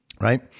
right